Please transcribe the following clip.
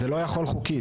זה לא יכול חוקית.